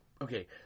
Okay